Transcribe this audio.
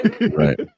Right